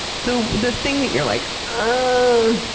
the the thing that you're like, um